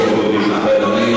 זה מה שאתה אומר.